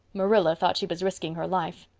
marilla thought she was risking her life.